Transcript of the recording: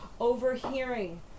overhearing